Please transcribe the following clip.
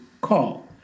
call